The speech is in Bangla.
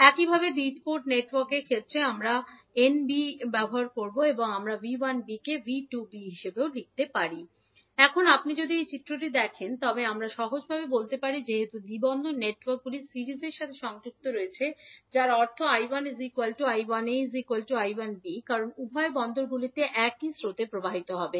একইভাবে দ্বিতীয় দ্বি পোর্ট নেটওয়ার্কের জন্য যা N b হয় আমরা 𝐕1𝒃 𝐳11𝒃𝐈1𝒃 𝒃𝐈12𝒃𝐈2𝒃 লিখতে পারি 𝐕2𝒃 𝐳21𝒃𝐈1𝒃 𝐳22𝒃𝐈2𝒃 𝒃 এখন আপনি যদি এই চিত্রটি দেখেন তবে আমরা সহজভাবে বলতে পারি যে যেহেতু দ্বি পোর্ট নেটওয়ার্কগুলি সিরিজের সাথে সংযুক্ত রয়েছে যার অর্থ 𝐈1 𝐈1𝑎 𝐈1𝑏 কারণ উভয়পোর্টগুলিতে একই স্রোত প্রবাহিত হবে